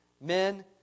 Men